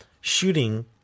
shooting